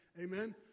Amen